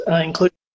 including